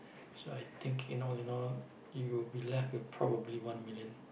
so I think in all in all you will be left with probably one million